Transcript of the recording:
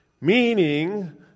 Meaning